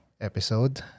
episode